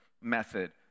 method